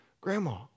grandma